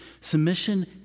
Submission